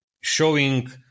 showing